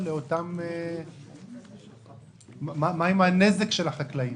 מה עם הנזק של החקלאים?